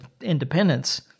Independence